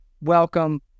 welcome